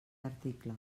article